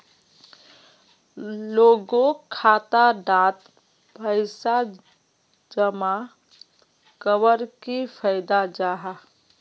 लोगोक खाता डात पैसा जमा कवर की फायदा जाहा?